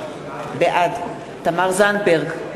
בעד תמר זנדברג,